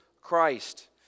Christ